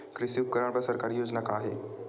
कृषि उपकरण बर सरकारी योजना का का हे?